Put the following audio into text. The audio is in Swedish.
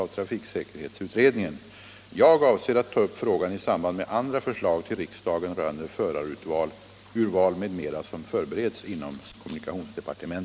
Är statsrådet beredd medverka till att körkortsaspirant som önskar detta bereds tillfälle att avlägga körkortsprov med automatväxlat fordon?